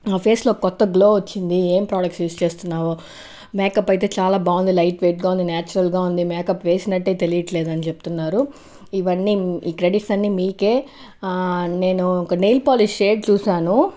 ఫేస్లో కొత్త గ్లో వచ్చింది ఏం ప్రోడక్ట్స్ యూస్ చేస్తున్నావు మేకప్ అయితే చాలా బాగుంది లైట్ వెయిట్ గానే నాచురల్గా ఉంది మేకప్ వేసినట్టే తెలియట్లేదు అని చెప్తున్నారు ఇవన్నీ ఈ క్రెడిట్స్ అన్ని మీకే నేను ఒక నైల్ పాలిష్ షేడ్ చూసాను